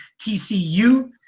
TCU